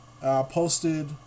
Posted